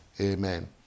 amen